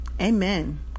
amen